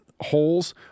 holes